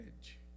edge